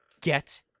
Get